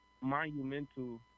monumental